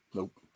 Nope